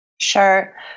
Sure